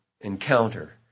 encounter